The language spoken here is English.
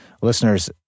listeners